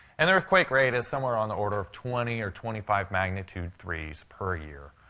and the earthquake rate is somewhere on the order of twenty or twenty five magnitude three s per year.